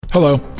Hello